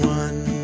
one